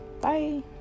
Bye